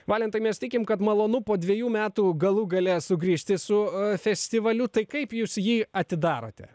valentai mes tikim kad malonu po dviejų metų galų gale sugrįžti su festivaliu tai kaip jūs jį atidarote